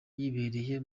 yibereye